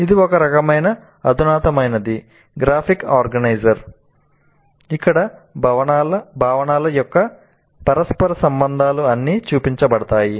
ఇది ఒక రకమైన అధునాతనమైనది గ్రాఫిక్ ఆర్గనైజర్ ఇక్కడ భావనల యొక్క పరస్పర సంబంధాలు అన్నీ చూపించబడతాయి